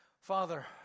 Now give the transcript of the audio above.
Father